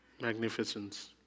magnificence